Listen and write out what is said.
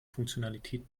funktionalität